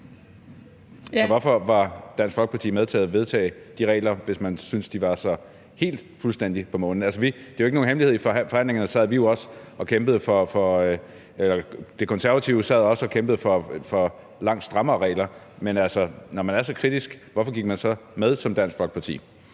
Hvorfor var Dansk Folkeparti med til at vedtage de regler, hvis man synes, de var helt fuldstændig på månen. Det er jo ikke nogen hemmelighed, at De Konservative i forhandlingerne også sad og kæmpede for langt strammere regler. Hvorfor gik man så med, når man er så kritisk, som Dansk Folkeparti